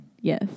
Yes